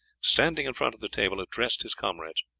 standing in front of the table, addressed his comrades.